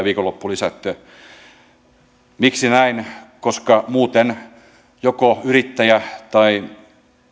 viikonloppulisät siitä miksi näin koska muuten joko yrittäjä tai